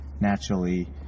naturally